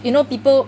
you know people